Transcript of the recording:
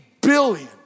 billion